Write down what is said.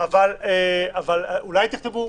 אולי תכתבו: